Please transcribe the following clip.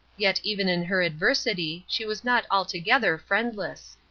yet even in her adversity she was not altogether friendless.